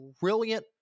brilliant